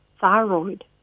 thyroid